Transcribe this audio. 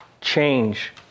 change